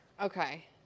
Okay